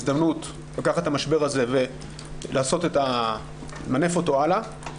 הזדמנות לקחת את המשבר הזה ולמנף אותו הלאה.